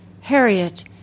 Harriet